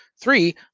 three